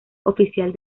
oficial